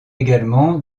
également